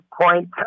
point